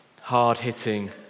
hard-hitting